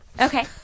Okay